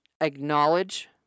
acknowledge